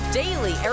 daily